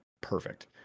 perfect